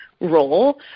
role